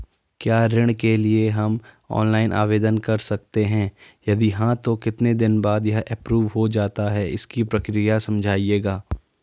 क्या ऋण के लिए हम ऑनलाइन आवेदन कर सकते हैं यदि हाँ तो कितने दिन बाद यह एप्रूव हो जाता है इसकी प्रक्रिया समझाइएगा?